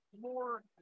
more